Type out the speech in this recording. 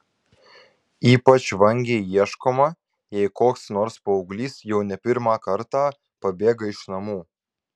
ypač vangiai ieškoma jei koks nors paauglys jau ne pirmą kartą pabėga iš namų